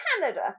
Canada